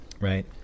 right